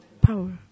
power